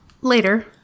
later